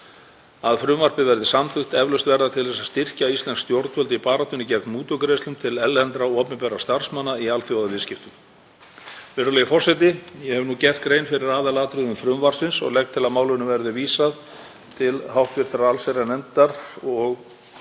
að frumvarpið verði samþykkt eflaust verða til þess að styrkja íslensk stjórnvöld í baráttunni gegn mútugreiðslum til erlendra opinberra starfsmanna í alþjóðaviðskiptum. Virðulegi forseti. Ég hef nú gert grein fyrir aðalatriðum frumvarpsins og legg til að málinu verði vísað til hv. allsherjar- og